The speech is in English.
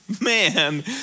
man